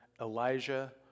Elijah